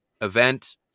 event